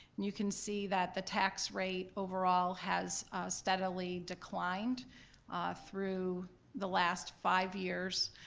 you can see that the tax rate overall has steadily declined through the last five years,